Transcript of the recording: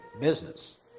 business